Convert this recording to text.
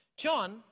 John